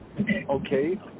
Okay